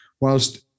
whilst